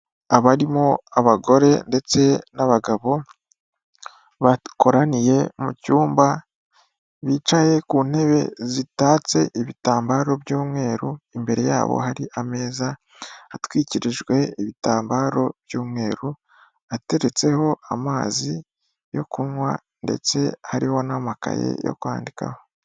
Abarimo abagore ndetse n'abagabo, bakoraniye mu cyumba bicaye ku ntebe zitatse ibitambaro by'umweru, imbere yabo hari ameza atwikirijwe ibitambaro by'umweru, ateretseho amazi yo kunywa, ndetse hariho n'amakaye yo kwandikaho.